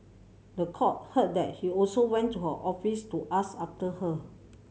the court heard that he also went to her office to ask after her